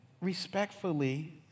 respectfully